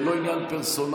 זה לא עניין פרסונלי,